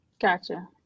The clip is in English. Gotcha